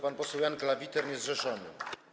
Pan poseł Jan Klawiter, niezrzeszony.